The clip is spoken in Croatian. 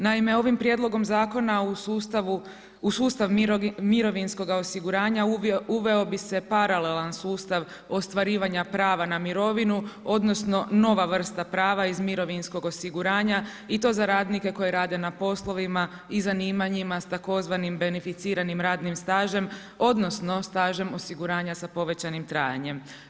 Naime, ovim prijedlogom zakona u sustav mirovinskoga osiguranja uveo bi se paralelan sustav ostvarivanja prava na mirovinu odnosno nova vrsta prava iz mirovinskoga osiguranja i to radnike koji rade na poslovima i zanimanjima s tzv. beneficiranim radnim stažem odnosno stažem osiguranja sa povećanim trajanjem.